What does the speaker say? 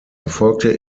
erfolgte